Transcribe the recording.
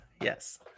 Yes